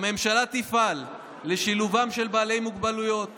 "הממשלה תפעל לשילובם של בעלי מוגבלויות